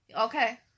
Okay